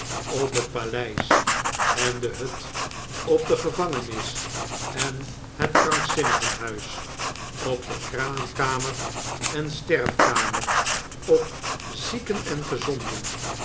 op het paleis en de hut op de gevangenis en het krankzinnigenhuis op de kraamkamer en sterfkamer op zieken en gezonden